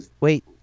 wait